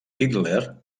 hitler